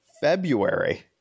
February